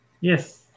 Yes